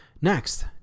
Next